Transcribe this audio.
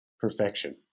perfection